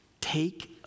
take